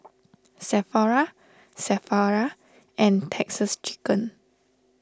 Sephora Sephora and Texas Chicken